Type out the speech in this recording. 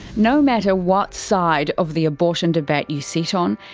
no matter what side of the abortion debate you sit on,